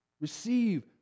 receive